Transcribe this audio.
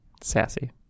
Sassy